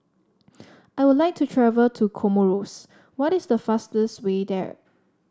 I would like to travel to Comoros what is the fastest way there